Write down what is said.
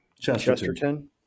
chesterton